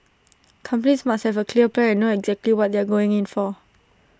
companies must have A clear plan and know exactly what they are going in for